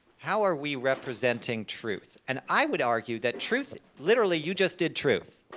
how are we representing truth. and i would argue that truth, literally, you just did truth.